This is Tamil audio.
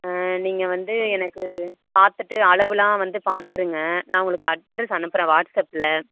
ஆ நீங்கள் வந்து எனக்கு பார்த்துட்டு அளவுலாம் வந்து பாத்துடுங்க நான் உங்களுக்கு அட்ரெஸ் அனுப்புகிறேன் வாட்ஸ்அப்பில்